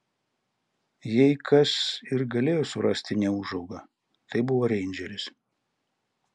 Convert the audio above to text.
jei kas ir galėjo surasti neūžaugą tai buvo reindžeris